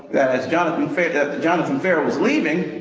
as jonathan jonathan ferrell was leaving,